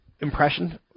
impression